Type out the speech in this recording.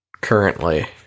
currently